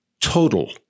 Total